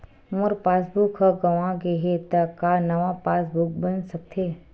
मोर passbook ह गंवा गे हे त का नवा पास बुक बन सकथे?